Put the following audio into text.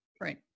Right